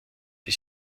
die